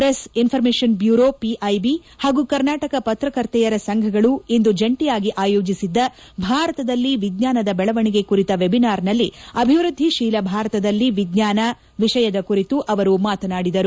press information bureau PIB ಹಾಗೂ ಕರ್ನಾಟಕ ಪತ್ರಕರ್ತೆಯರ ಸಂಘಗಳು ಇಂದು ಜಂಟಿಯಾಗಿ ಆಯೋಜಿಸಿದ್ದ ಭಾರತದಲ್ಲಿ ವಿಜ್ವಾನದ ಬೆಳವಣಿಗೆ ಕುರಿತ ವೆಬಿನಾರ್ನಲ್ಲಿ ಅಭಿವೃದ್ಧಿಶೀಲ ಭಾರತದಲ್ಲಿ ವಿಜ್ವಾನ ವಿಷಯದ ಕುರಿತು ಅವರು ಮಾತನಾಡಿದರು